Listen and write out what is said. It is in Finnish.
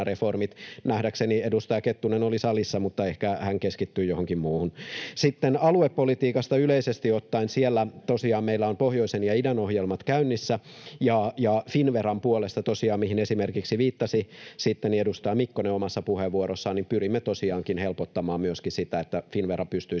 Nähdäkseni edustaja Kettunen oli salissa, mutta ehkä hän keskittyi johonkin muuhun. Sitten aluepolitiikasta yleisesti ottaen: Siellä tosiaan meillä on pohjoisen ja idän ohjelmat käynnissä. Finnveran puolesta, mihin esimerkiksi viittasi edustaja Mikkonen omassa puheenvuorossaan, pyrimme tosiaankin helpottamaan myöskin sitä, että Finnvera pystyisi